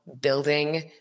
building